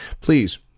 please